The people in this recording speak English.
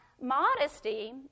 Modesty